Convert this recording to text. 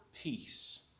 peace